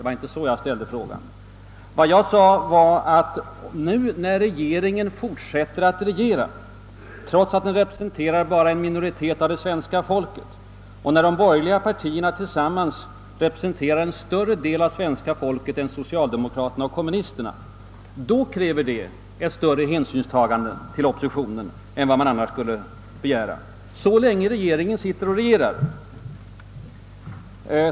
Vad jag sade var att när regeringen nu fortsätter att regera, trots att den bara repre senterar en minoritet av svenska folket och de borgerliga partierna tillsammans representerar en större del av svenska folket än socialdemokraterna och kommunisterna, då kräver detta ett större hänsynstagande till oppositionen än vad man annars skulle begära — så länge regeringen sitter och regerar.